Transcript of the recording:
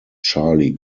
charlie